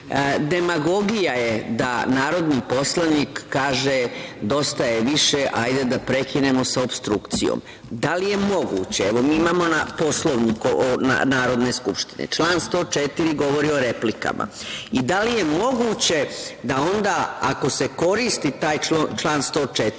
partije. Demagogija je da narodni poslanik kaže, dosta je više, hajde da prekinemo sa opstrukcijom. Da li je moguće, evo, mi imamo Poslovnik Narodne skupštine, član 104. govori o replikama. Da li je moguće da onda ako se koristi taj član 104.